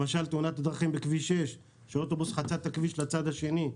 למשל תאונת דרכים בכביש 6 שאוטובוס חצה את הכביש לצד השני,